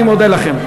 אני מודה לכם.